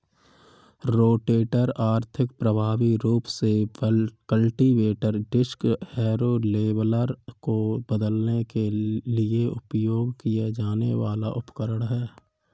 rotator आर्थिक, प्रभावी रूप से कल्टीवेटर, डिस्क हैरो, लेवलर को बदलने के लिए उपयोग किया जाने वाला उपकरण है